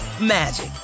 magic